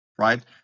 right